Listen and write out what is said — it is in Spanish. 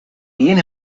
bien